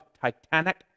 titanic